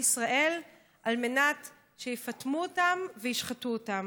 ישראל על מנת שיפטמו אותם וישחטו אותם.